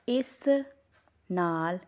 ਇਸ ਨਾਲ